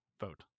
vote